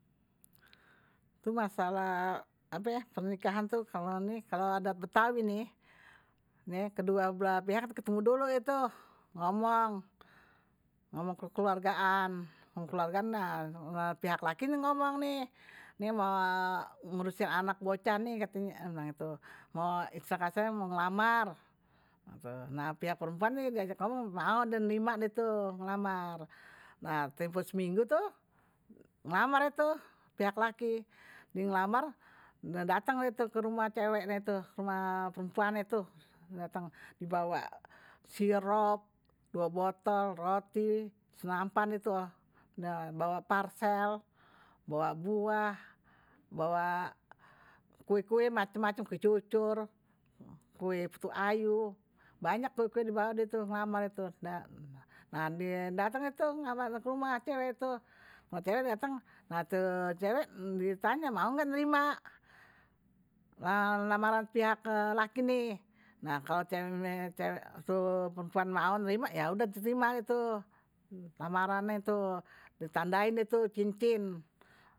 Tu masalah ape pernikahan tu kalau ada betawi nih, kedua belakang pihak ketemu dulu tu ngomong, ngomong kekeluargaan, kekeluargaan nah, pihak laki nih ngomong nih, ini mau ngurusin anak bocah nih, mau istilah kasarnye, mau ngelamar. Nah, pihak perempuan nih diajak ngomong, mau ada nerima tu ngelamar. Nah, tempoh seminggu tuh, ngelamar tu pihak laki, dia ngelamar, datang lah tu ke rumah ceweknya tu, ke rumah perempuan tu, datang dibawa sirup, dua botol, roti, senampan tu, dia bawa parsel, bawa buah, bawa kue-kue, macem-macem kue cucur, kue putu ayu, banyak kue-kue dibawa dia tuh, ngelamar tu. Nah, dia datang tu ke rumah cewek tu. Nah, cewek ditanya, mau enggak nerima lamaran pihak laki nih. Nah, kalau cewek tu perempuan mau nerima, ya udah terima tu lamarannya tu, ditandain tu cincin.